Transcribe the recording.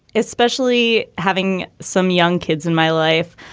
especially having some young kids in my life.